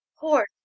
Poor